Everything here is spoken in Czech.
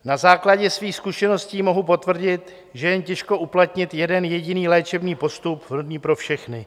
Na základě svých zkušeností mohu potvrdit, že je jen těžko uplatnit jeden jediný léčebný postup vhodný všechny.